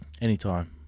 Anytime